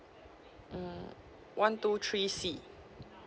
hmm one two three C